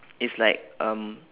is like um